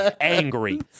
angry